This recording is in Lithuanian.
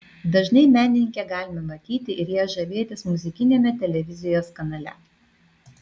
dažnai menininkę galime matyti ir ja žavėtis muzikiniame televizijos kanale